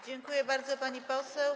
Dziękuję bardzo, pani poseł.